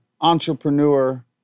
entrepreneur